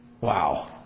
Wow